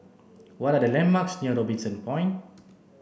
what are the landmarks near Robinson Point